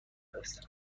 است